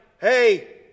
hey